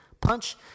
punch